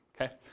okay